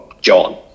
john